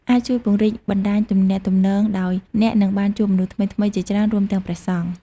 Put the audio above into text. អាចជួយពង្រីកបណ្ដាញទំនាក់ទំនងដោយ អ្នកនឹងបានជួបមនុស្សថ្មីៗជាច្រើន រួមមានព្រះសង្ឃ ។